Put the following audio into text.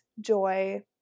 joy